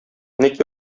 ник